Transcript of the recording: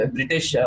British